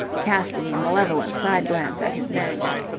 casting a malevolent side-glance at his manager.